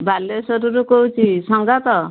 ବାଲେଶ୍ୱରରୁ କହୁଛି ସଙ୍ଗାତ